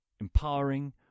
empowering